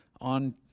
on